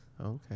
Okay